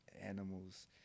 animals